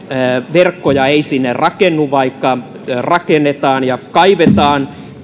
verkkoja ei sinne rakennu vaikka rakennetaan ja kaivetaan